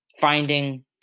finding